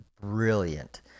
brilliant